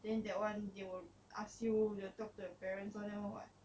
then that one they will ask you we'll talk to your parents all that [what]